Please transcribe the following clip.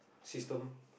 system